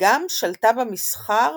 וגם שלטה במסחר